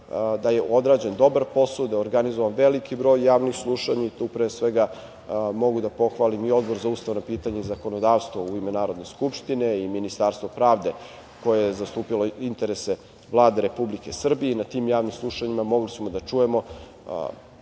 nas odrađen dobar posao, da je organizovan veliki broj javnih slušanja i tu pre svega mogu da pohvalim i Odbor za ustavna pitanja i zakonodavstvo u ime Narodne skupštine i Ministarstvo pravde koje je zastupalo interese Vlade Republike Srbije. Na tim javnim slušanjima mogli smo da čujemo